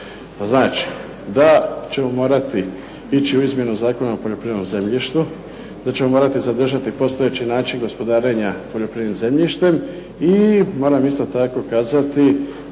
znači da ćemo morati ići u izmjenu Zakona o poljoprivrednom zemljištu, da ćemo morati zadržati postojeći način gospodarenja poljoprivrednim zemljištem i moram isto tako kazati